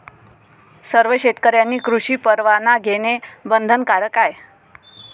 सर्व शेतकऱ्यांनी कृषी परवाना घेणे बंधनकारक आहे